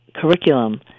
curriculum